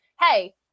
hey